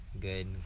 good